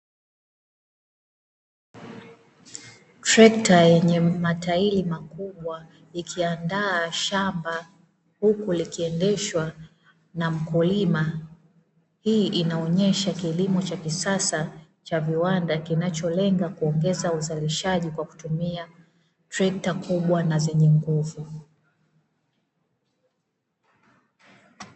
Trekta yenye matairi makubwa likiandaa shamba huku likiendeshwa na mkulima. Hii inaonesha kilimo cha kisasa cha viwanda kinacholenga kuongeza uzalishaji kwa kutumia trekta kubwa na zenye nguvu.